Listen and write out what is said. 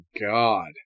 God